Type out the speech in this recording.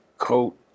Coat